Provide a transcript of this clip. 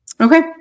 Okay